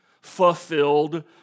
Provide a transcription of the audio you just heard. fulfilled